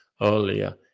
earlier